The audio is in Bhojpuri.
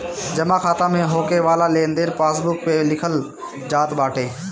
जमा खाता में होके वाला लेनदेन पासबुक पअ लिखल जात बाटे